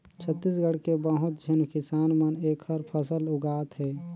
छत्तीसगढ़ के बहुत झेन किसान मन एखर फसल उगात हे